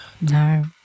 No